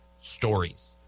stories